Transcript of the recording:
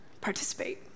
participate